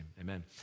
amen